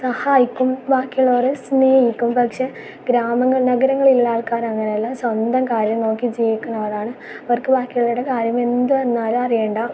സഹായിക്കും ബാക്കി ഉള്ളോരെ സ്നേഹിക്കും പക്ഷേ ഗ്രാമങ്ങളിൽ നഗരങ്ങളിൽ ഉള്ള ആൾക്കാർ അങ്ങനല്ല സ്വന്തം കാര്യം നോക്കി ജീവിക്കുന്നരാണ് അവർക്ക് ബാക്കിയുള്ളോടെ കാര്യം എന്തു വന്നാലും അറിയണ്ട